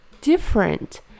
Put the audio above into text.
different